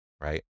right